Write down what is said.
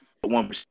one